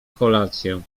kolację